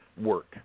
work